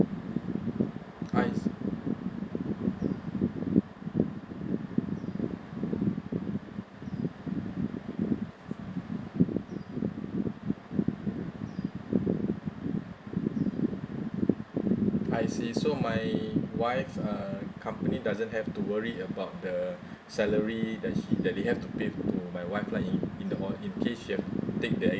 I see I see so my wife uh company doesn't have to worry about the salary that she that they have to pay to my wife lah in in the or in case she have take the